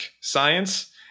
science